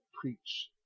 preach